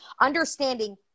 understanding